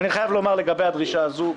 אני חייב לומר לגבי הדרישה הזו,